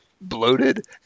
bloated